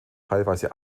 teilweise